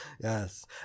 yes